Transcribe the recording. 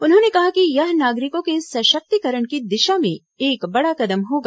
उन्होंने कहा कि यह नागरिकों के सशक्तिकरण की दिशा में एक बड़ा कदम होगा